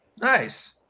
Nice